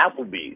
Applebee's